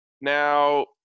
now